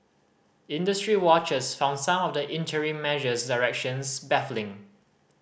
industry watchers found some of the interim measures directions baffling